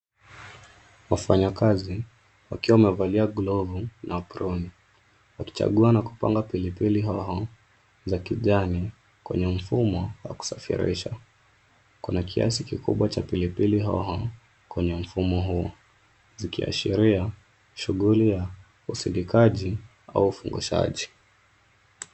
Wafanyakazi wakiwa wamevalia glavu na aproni wakichagua na kupanga pilipili hoho za kijani kwenye mfumo wa kusafirisha. Kuna kiasi kikubwa cha pilipili hoho kwenye mfumo huu zikiashiria shughuli ya usidikaji au ufungushaji.